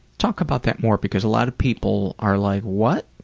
talk about that more because a lot of people are like, what?